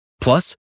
Plus